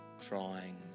trying